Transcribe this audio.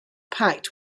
packed